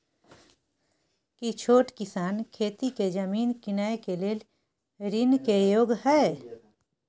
की छोट किसान खेती के जमीन कीनय के लेल ऋण के योग्य हय?